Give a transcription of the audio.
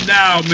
now